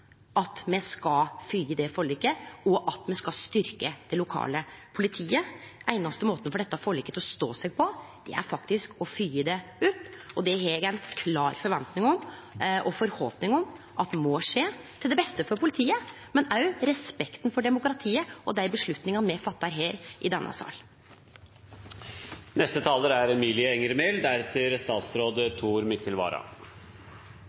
at me ikkje kan vedta fleire gonger at me skal fylgje opp det forliket, og at me skal styrkje det lokale politiet. Den einaste måten å få dette forliket til å stå seg på er faktisk å fylgje det opp, og det har eg ei klar forventning og forhåpning om må skje – til det beste for politiet, men òg i respekt for demokratiet og dei avgjerdene me tek i denne